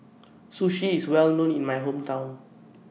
Sushi IS Well known in My Hometown